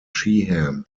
sheehan